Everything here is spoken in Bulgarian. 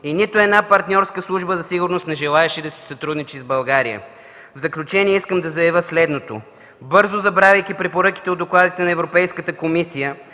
и нито една партньорска служба за сигурност не желаеше да си сътрудничи с България. В заключение, искам да заявя следното: бързо забравяйки препоръките от докладите на Европейската комисия,